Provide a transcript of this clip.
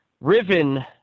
Riven